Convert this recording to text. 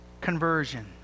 Conversion